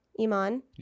Iman